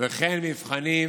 וכן מבחנים